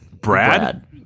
Brad